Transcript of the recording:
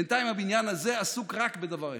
בינתיים הבניין הזה עסוק רק בדבר אחד,